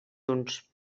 junts